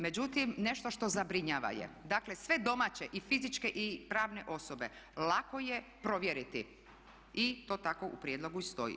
Međutim, nešto što zabrinjava je, dakle sve domaće i fizičke i pravne osobe lako je provjeriti i to tako u prijedlogu i stoji.